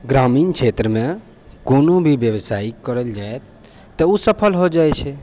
ग्रामीण क्षेत्रमे कोनो भी व्यवसाय करल जायत तऽ उ सफल हो जाइ छै